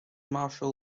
marcel